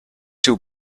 two